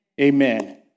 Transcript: Amen